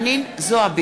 אינו נוכח חנין זועבי,